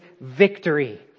victory